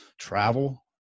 Travel